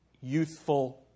youthful